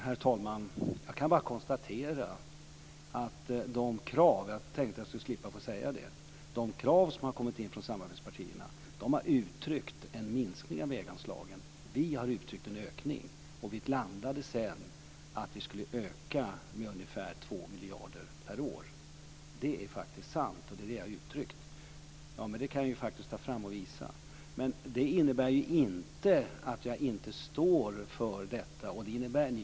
Herr talman! Jag kan bara konstatera - jag tänkte att jag skulle få slippa att säga det - att de krav som har kommit in från samarbetspartierna har uttryckt en minskning av väganslagen. Vi socialdemokrater har uttryckt en ökning. Vi landade sedan i att vi skulle öka med ungefär 2 miljarder per år. Det är faktiskt sant, och det är det jag har uttryckt. Det kan jag ta fram och visa. Det innebär inte att jag inte står för detta.